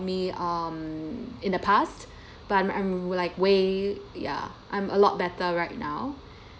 me um in the past but I'm I'm like way ya I'm a lot better right now